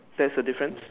there's a difference